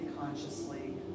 consciously